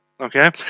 Okay